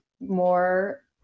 more